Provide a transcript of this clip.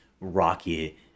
rocky